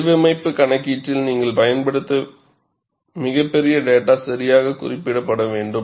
வடிவமைப்பு கணக்கீட்டில் நீங்கள் பயன்படுத்த மிகப்பெரிய டேட்டா சரியாக குறிப்பிடப்பட வேண்டும்